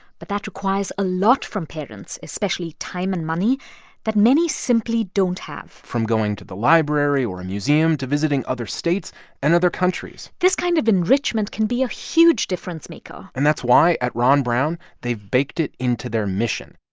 but that requires a lot from parents, especially time and money that many simply don't have from going to the library or a museum, to visiting other states and other countries this kind of enrichment can be a huge difference-maker and that's why, at ron brown, they've baked it into their mission.